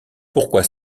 pourquoi